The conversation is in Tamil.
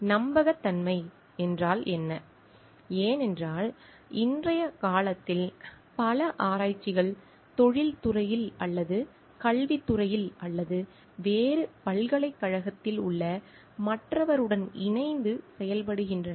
நம்பகத்தன்மை என்றால் என்ன ஏனென்றால் இன்றைய காலத்தில் பல ஆராய்ச்சிகள் தொழில்துறையில் அல்லது கல்வித்துறையில் அல்லது வேறு பல்கலைக்கழகத்தில் உள்ள மற்றவற்றுடன் இணைந்து செயல்படுகின்றன